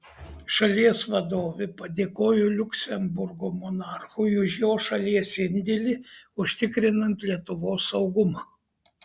šalies vadovė padėkojo liuksemburgo monarchui už jo šalies indėlį užtikrinant lietuvos saugumą